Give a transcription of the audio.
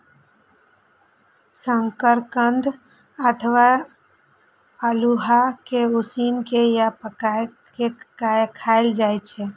शकरकंद अथवा अल्हुआ कें उसिन के या पकाय के खायल जाए छै